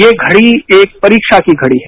ये पड़ी एक परीक्षा की घड़ी है